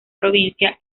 provincia